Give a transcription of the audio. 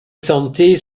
santé